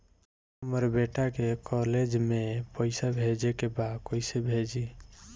हमर बेटा के कॉलेज में पैसा भेजे के बा कइसे भेजी?